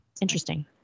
interesting